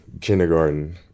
kindergarten